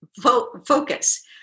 focus